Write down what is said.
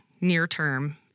near-term